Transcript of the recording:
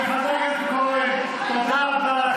חברת הכנסת גולן וחבר הכנסת כהן, תודה רבה לכם.